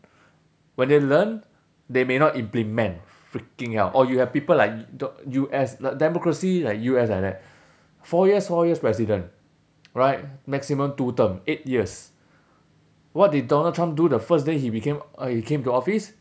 when they learn they may not implement freaking out or you have people like do~ U_S democracy like U_S like that four years four years president right maximum two term eight years what did donald trump do the first day he became uh he came to office